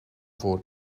voor